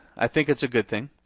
i think it's a good thing.